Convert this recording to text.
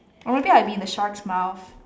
or maybe I'll be in the shark's mouth